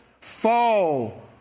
fall